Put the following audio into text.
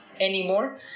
anymore